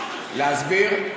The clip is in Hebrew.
להסביר?